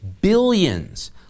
billions